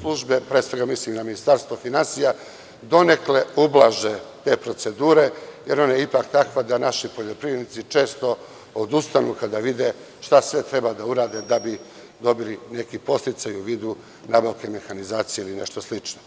službe, pre svega mislim na Ministarstvo finansija donekle da ublaže te procedure, jer ona je ipak takva da naši poljoprivrednici često odustaju kada vide šta sve treba da urade da bi dobili neki podsticaju u vidu mehanizacije ili nešto slično.